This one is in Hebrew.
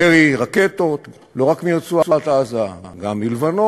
ירי רקטות, לא רק מרצועת-עזה, גם מלבנון,